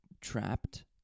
trapped